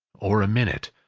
or a minute,